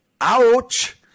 ouch